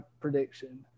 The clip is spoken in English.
prediction